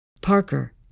Parker